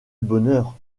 bonheur